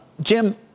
Jim